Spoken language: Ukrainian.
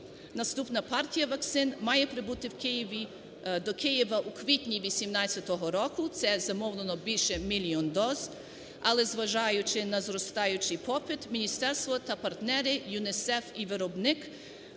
Наступна партія вакцин має прибути в Київ… до Києва у квітні 2018 року, це замовлено більше мільйони доз. Але, зважаючи на зростаючий попит, міністерство та партнери ЮНІСЕФ і виробник